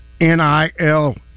nil